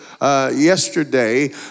Yesterday